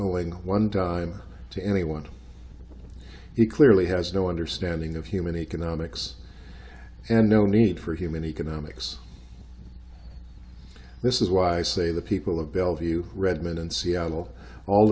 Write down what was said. owing one dime to any one he clearly has no understanding of human economics and no need for human economics this is why i say the people of bellevue redmond in seattle all